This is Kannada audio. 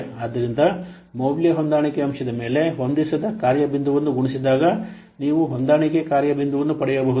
ಆದ್ದರಿಂದ ಮೌಲ್ಯ ಹೊಂದಾಣಿಕೆ ಅಂಶದ ಮೇಲೆ ಹೊಂದಿಸದ ಕಾರ್ಯ ಬಿಂದುವನ್ನು ಗುಣಿಸಿದಾಗ ನೀವು ಹೊಂದಾಣಿಕೆ ಕಾರ್ಯ ಬಿಂದುವನ್ನು ಪಡೆಯಬಹುದು